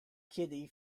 kitty